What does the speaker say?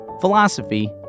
philosophy